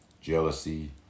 jealousy